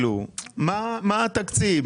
מה התקציב?